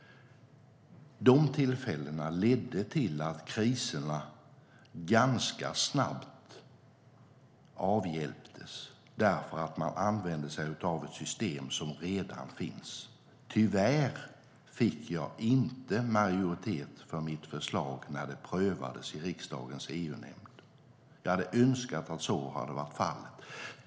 Dessa åtgärder ledde till att kriserna ganska snabbt avhjälptes, därför att man använde sig av ett system som redan fanns. Tyvärr fick jag inte majoritet för mitt förslag när det prövades i riksdagens EU-nämnd. Jag hade önskat att så hade varit fallet.